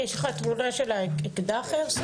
יש לך תמונה של אקדח איירסופט?